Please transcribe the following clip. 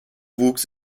wuchs